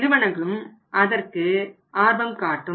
நிறுவனங்களும் அதற்கு ஆர்வம் காட்டும்